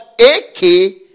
A-K-